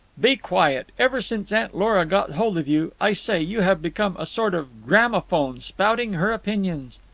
be quiet! ever since aunt lora got hold of you, i say, you have become a sort of gramophone, spouting her opinions.